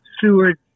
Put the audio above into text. Seward